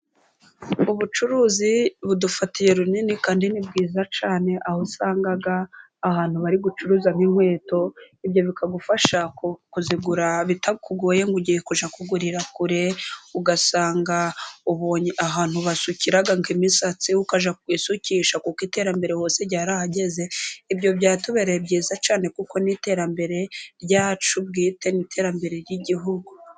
Ubucuruzi budufatiye runini kandi ni bwiza cyane, aho usanga ahantu bari gucuruza nk'inkweto, ibyo bikagufasha kuzigura, bitakugoye ngo ugiye kujya kuzigurira kure, ugasanga ubonye ahantu, basukira misatsi ukajya kukwisukisha, kuko iterambere hose ryarahageze, ibyo byatubereye byiza cyane, kuko n'iterambere ryacu bwite, n'iterambere ry'igihugu.